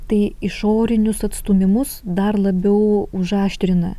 tai išorinius atstūmimus dar labiau užaštrina